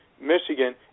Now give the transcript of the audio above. Michigan